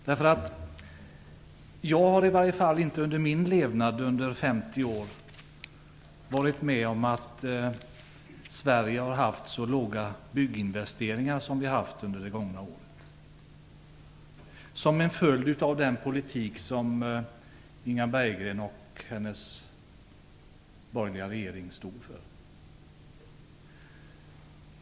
I varje fall har inte jag under min levnad, under 50 år, varit med om att Sverige har haft så låga bygginvesteringar som vi har haft under det gångna året, och det är en följd av den politik som regeringen och Inga Berggren har förespråkat.